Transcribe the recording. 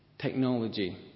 technology